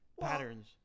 patterns